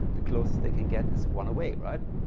the closest they can get is one away, right?